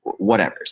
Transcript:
whatevers